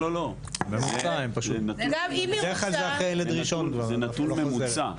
לא, זה נתון ממוצע.